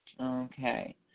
Okay